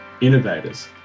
innovators